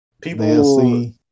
People